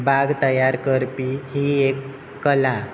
बाग तयार करपी ही एक कला